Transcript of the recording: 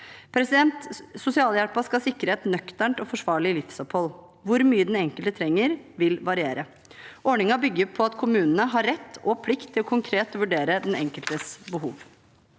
i gang. Sosialhjelpen skal sikre et nøkternt og forsvarlig livsopphold. Hvor mye den enkelte trenger, vil variere. Ordningen bygger på at kommunene har rett og plikt til å vurdere konkret den enkeltes behov.